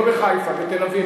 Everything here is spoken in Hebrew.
לא בחיפה, בתל-אביב.